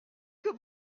que